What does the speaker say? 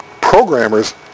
programmers